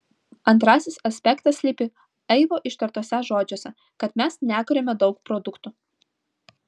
antrasis aspektas slypi aivo ištartuose žodžiuose kad mes nekuriame daug produktų